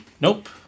Nope